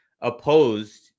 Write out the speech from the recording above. opposed